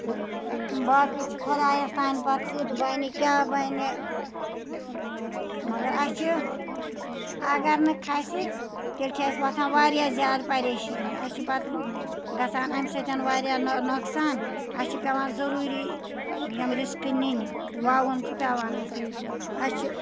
تہٕ باقٕے چھُ خۄدایَس تانۍ پَتہٕ کِیُتھ کیاہ بَنہِ مَگر اَسہِ چھُ اَگر نہٕ کھسہِ تیٚلہِ چھِ اَسہِ وۄتھان واریاہ زیادٕ پَریشٲنی اَسہِ چھُ پَتہٕ گژھان اَمہِ سۭتۍ واریاہ نۄقصان اَسہِ چھُ پیوان ضروٗری یِم رِسکہٕ نِنہِ وَوُن چھُ پیوان اَسہِ چھُ